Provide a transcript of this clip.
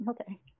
okay